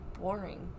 boring